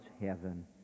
heaven